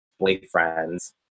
boyfriends